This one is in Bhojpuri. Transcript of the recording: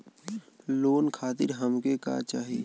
लोन खातीर हमके का का चाही?